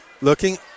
Looking